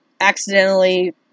accidentally